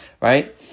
right